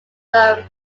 some